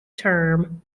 term